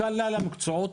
בכלל המקצועות,